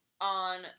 on